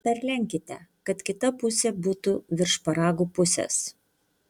perlenkite kad kita pusė būtų virš šparagų pusės